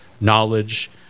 knowledge